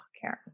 Karen